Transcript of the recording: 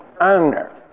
honor